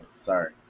sorry